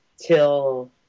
till